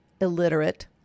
illiterate